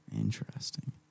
Interesting